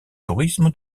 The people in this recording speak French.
tourisme